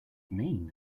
mean